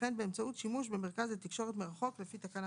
וכן באמצעות שימוש במרכז לתקשורת מרחוק לפי תקנה